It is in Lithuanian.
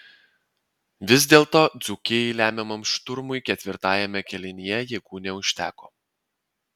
vis dėlto dzūkijai lemiamam šturmui ketvirtajame kėlinyje jėgų neužteko